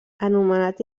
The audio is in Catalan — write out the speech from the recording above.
anomenat